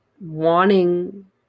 wanting